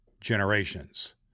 Generations